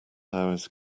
hours